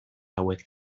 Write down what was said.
hauek